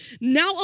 now